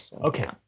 Okay